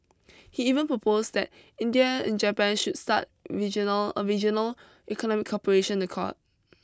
he even proposed that India and Japan should start regional a regional economic cooperation accord